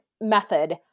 method